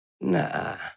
Nah